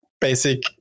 basic